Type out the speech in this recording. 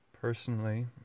Personally